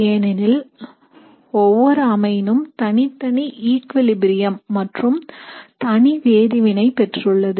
ஏனெனில் ஒவ்வொரு அமைனும் தனித்தனி ஈக்விலிபிரியம் மற்றும் தனி வேதிவினையை பெற்றுள்ளது